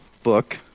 book